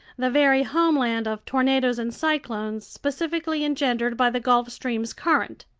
the very homeland of tornadoes and cyclones specifically engendered by the gulf stream's current.